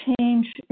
change